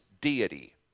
deity